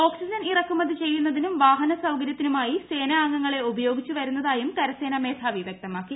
oxygen ഇറക്കുമതി ചെയ്യുന്നതിനും വാഹന സൌകര്യത്തിനുമായി സേന അംഗങ്ങളെ ഉപയോഗിച്ചുവരുന്നതായും കരസേന മേധാവി വൃക്തമാക്കി